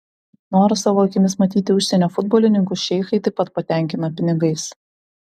norą savo akimis matyti užsienio futbolininkus šeichai taip pat patenkina pinigais